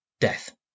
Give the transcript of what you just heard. death